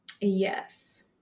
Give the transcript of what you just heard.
yes